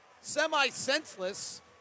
semi-senseless